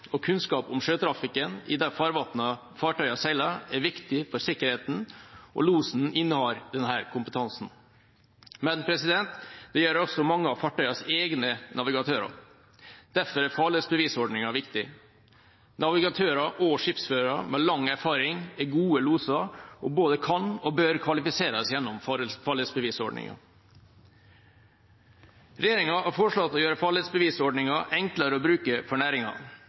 og kunnskap om sjøtrafikken i de farvannene fartøyene seiler, er viktig for sikkerheten, og losene innehar denne kompetansen. Men det gjør også mange av fartøyenes egne navigatører. Derfor er farledsbevisordningen viktig. Navigatører og skipsførere med lang erfaring er gode loser og både kan og bør kvalifiseres gjennom farledsbevisordningen. Regjeringa har foreslått å gjøre farledsbevisordningen enklere å bruke for næringa.